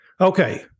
Okay